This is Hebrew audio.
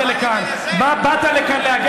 מה באת לכאן, מה לי ולזה?